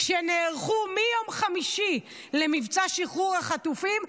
כשנערכו מיום חמישי למבצע שחרור החטופים,